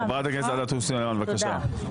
חברת הכנסת עאידה תומא סלימאן, בבקשה.